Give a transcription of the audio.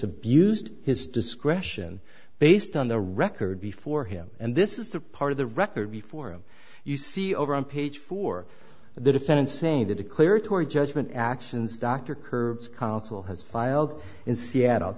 abused his discretion based on the record before him and this is the part of the record before him you see over on page four the defendant saying the declaratory judgment actions dr curbs counsel has filed in seattle